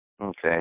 Okay